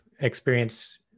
experience